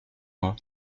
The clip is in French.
moi